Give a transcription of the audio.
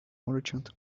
merchant